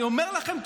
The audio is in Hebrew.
אני אומר לכם,